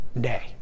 day